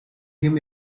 him